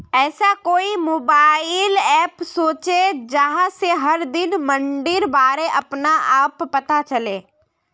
ऐसा कोई mobile app होचे जहा से हर दिन मंडीर बारे अपने आप पता चले?